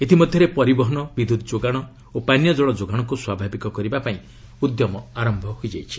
ଇତିମଧ୍ୟରେ ପରିବହନ ବିଦ୍ୟୁତ୍ ଯୋଗାଣ ଓ ପାନୀୟ ଜଳ ଯୋଗାଣକୁ ସ୍ୱାଭାବିକ କରିବା ପାଇଁ ଉଦ୍ୟମ ଆରମ୍ଭ ହୋଇଯାଇଛି